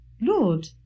Lord